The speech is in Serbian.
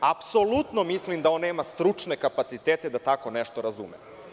Apsolutno mislim da on nema stručne kapacitete da tako nešto razume.